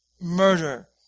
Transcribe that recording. murder